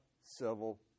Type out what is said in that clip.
civil